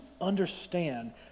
understand